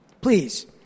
Please